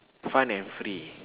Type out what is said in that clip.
fun and free